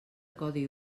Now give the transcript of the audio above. codi